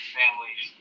families